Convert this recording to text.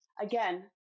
again